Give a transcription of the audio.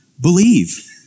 believe